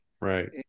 Right